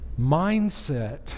mindset